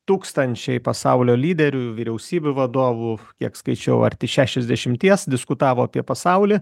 tūkstančiai pasaulio lyderių vyriausybių vadovų kiek skaičiau arti šešiasdešimties diskutavo apie pasaulį